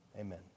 Amen